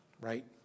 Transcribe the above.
right